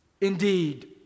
Indeed